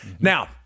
Now